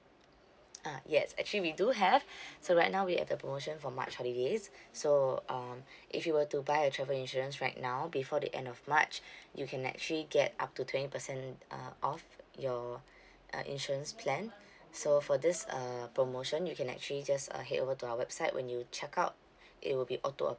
ah yes actually we do have so right now we have a promotion for march holidays so um if you were to buy a travel insurance right now before the end of march you can actually get up to twenty percent uh off your uh insurance plan so for this uh promotion you can actually just uh head over to our website when you check out it will be auto